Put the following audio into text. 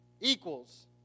equals